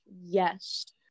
yes